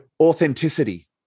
authenticity